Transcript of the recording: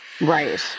Right